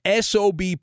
SOB